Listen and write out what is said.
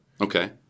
Okay